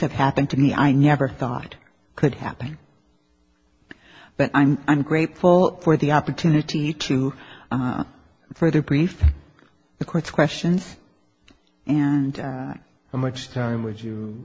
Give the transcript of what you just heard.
that happened to me i never thought could happen but i'm i'm grateful for the opportunity to further brief the court's questions and how much time would you